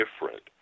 different